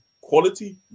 quality